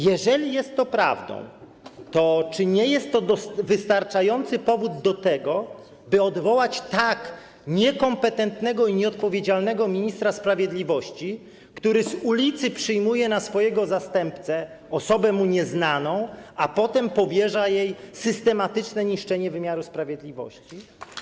Jeżeli jest to prawdą, to czy nie jest to wystarczający powód do tego, by odwołać tak niekompetentnego i nieodpowiedzialnego ministra sprawiedliwości, który z ulicy przyjmuje na swojego zastępcę osobę mu nieznaną, a potem powierza jej systematyczne niszczenie wymiaru sprawiedliwości?